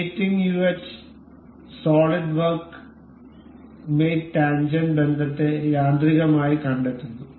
mating യൂ എച് solid work mate tangent ബന്ധത്തെ യാന്ത്രികമായി കണ്ടെത്തുന്നു